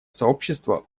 сообщества